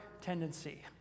tendency